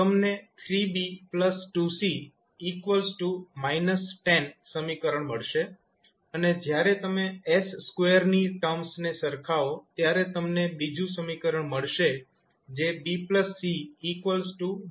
તમને 3B 2C −10 સમીકરણ મળશે અને જ્યારે તમે s2 ની ટર્મ્સને સરખાવો ત્યારે તમને બીજું સમીકરણ મળશે જે B C −1 છે